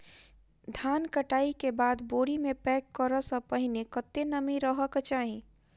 धान कटाई केँ बाद बोरी मे पैक करऽ सँ पहिने कत्ते नमी रहक चाहि?